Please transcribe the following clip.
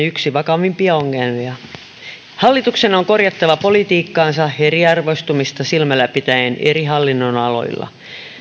yksi yhteiskuntamme vakavimpia ongelmia hallituksen on korjattava politiikkaansa eriarvoistumista silmällä pitäen eri hallinnonaloilla